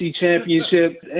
Championship